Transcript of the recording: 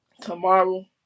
tomorrow